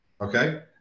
okay